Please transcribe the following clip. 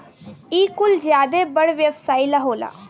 इ कुल ज्यादे बड़ व्यवसाई ला होला